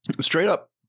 straight-up